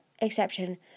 exception